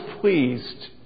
pleased